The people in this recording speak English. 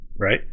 right